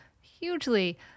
hugely